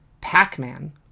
Pac-Man